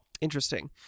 Interesting